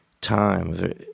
time